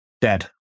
dead